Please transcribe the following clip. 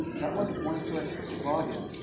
that wasn't one-click login.